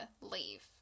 leave